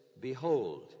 Behold